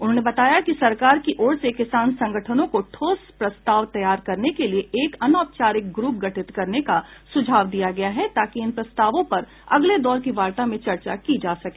उन्होंने बताया कि सरकार की ओर से किसान संगठनों को ठोस प्रस्ताव तैयार करने के लिए एक अनौपचारिक ग्रुप गठित करने का सुझाव दिया गया है ताकि इन प्रस्तावों पर अगले दौर की वार्ता में चर्चा की जा सके